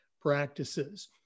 practices